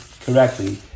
correctly